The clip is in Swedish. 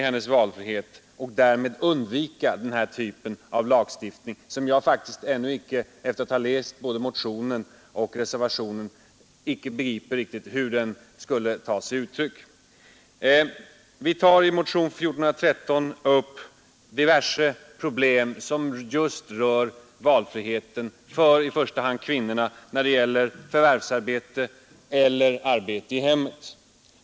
Därmed skulle vi kunna undvika denna typ av lagstiftning, som jag faktiskt ännu icke — efter att ha läst både motionen och reservationen riktigt begriper hur den skall ta sig uttryck. Vi tar i motionen 1413 upp diverse problem som just rör valfriheten för i första hand kvinnorna när det gäller förvärvsarbete och arbete i hemmet.